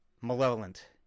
malevolent